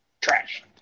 trash